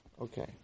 Okay